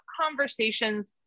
conversations